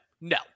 no